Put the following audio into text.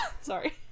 Sorry